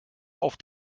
auf